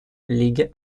лиги